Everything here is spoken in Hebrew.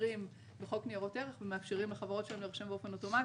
מכירים בחוק ניירות ערך ומאפשרים לחברות שם להירשם באופן אוטומטי,